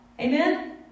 Amen